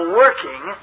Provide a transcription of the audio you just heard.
working